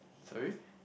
sorry